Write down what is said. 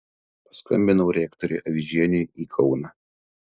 paskambinau rektoriui avižieniui į kauną